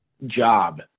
job